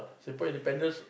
Singapore independence